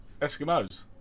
Eskimos